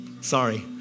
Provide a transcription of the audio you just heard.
sorry